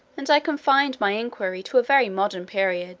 and i confined my inquiry to a very modern period